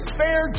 fair